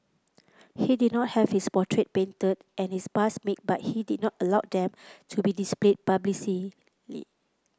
he did not have his portrait painted and his bust made but he did not allow them to be displayed publicly